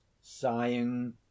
sighing